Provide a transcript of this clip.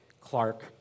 Clark